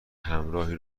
همراهی